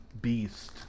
beast